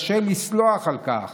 וקשה לסלוח על כך,